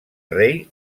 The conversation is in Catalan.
rei